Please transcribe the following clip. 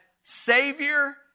Savior